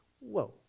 whoa